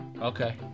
Okay